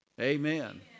Amen